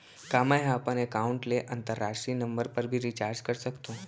का मै ह अपन एकाउंट ले अंतरराष्ट्रीय नंबर पर भी रिचार्ज कर सकथो